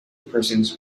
persons